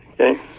Okay